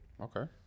Okay